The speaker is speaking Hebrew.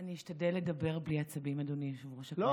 אני אשתדל לדבר בלי עצבים, אדוני יושב-ראש הישיבה.